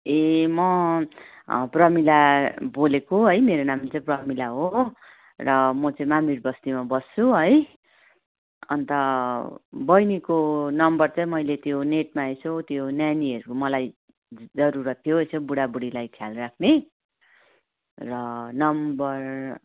ए म अँ प्रमिला बोलेको हैँ मेरो नाम चाहिँ प्रमिला र म चाहिँ मामिर बस्तीमा बस्छु है अन्त बैनीको नम्बर चाहिँ मैले त्यो नेटमा यसो त्यो नैनीहरूको मलाई जरुरत थियो यसो बुढाबुढीलाई ख्याल राख्ने र नम्बर